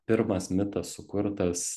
pirmas mitas sukurtas